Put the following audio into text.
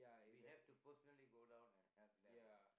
we have to personally go down and help them lah